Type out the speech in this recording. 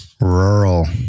Rural